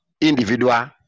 individual